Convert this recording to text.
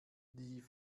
die